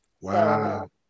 wow